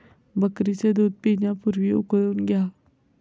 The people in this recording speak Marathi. बकरीचे दूध पिण्यापूर्वी उकळून घ्या